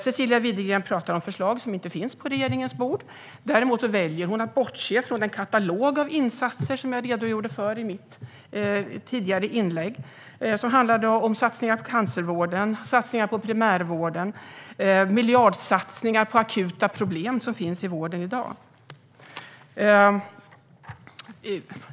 Cecilia Widegren talar om förslag som inte finns på regeringens bord. Däremot väljer hon att bortse från den katalog av insatser som jag redogjorde för i mitt inlägg. Det handlade om satsningar på cancervården och primärvården. Det handlar också om miljardsatsningar på akuta problem som finns i vården i dag.